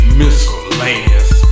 miscellaneous